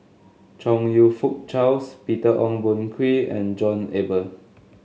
Chong You Fook Charles Peter Ong Boon Kwee and John Eber